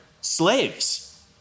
slaves